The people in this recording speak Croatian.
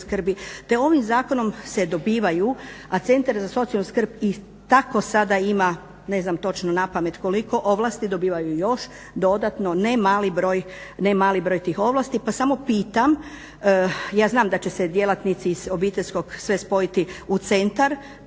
te ovim zakonom se dobivaju, a Centar za socijalnu skrb i tako sada ima, ne znam točno napamet koliko, ovlasti, dobivaju i još dodatno ne mali broj, ne mali broj tih ovlasti pa samo pitam. Ja znam da će se djelatnici iz Obiteljskog, sve spojiti u Centar.